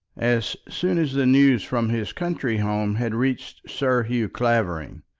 as soon as the news from his country home had reached sir hugh clavering.